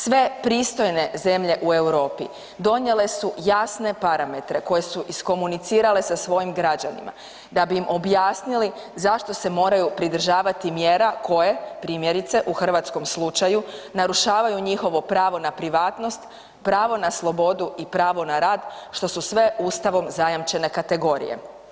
Sve pristojne zemlje u Europi donijele su jasne parametre koje su iskomunicirale sa svojim građanima da bi im objasnili zašto se moraju pridržavati mjera koje, primjerice u hrvatskom slučaju, narušavaju njihovo pravo na privatnost, pravo na slobodu i pravo na rad, što su sve Ustavom zajamčene kategorije.